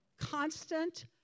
constant